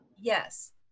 yes